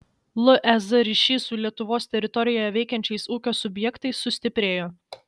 lez ryšys su lietuvos teritorijoje veikiančiais ūkio subjektais sustiprėjo